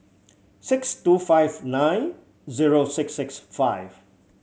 six two five nine zero six six five